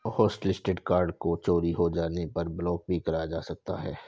hotlisted card को चोरी हो जाने पर ब्लॉक भी कराया जा सकता है